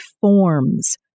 forms